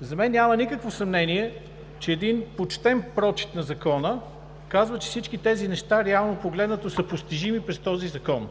За мен няма никакво съмнение, че един почтен прочит на Закона казва, че всички тези неща, реално погледнато, са постижими през този закон.